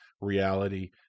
reality